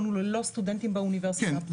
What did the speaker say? הוא ללא סטודנטים באוניברסיטה הפתוחה.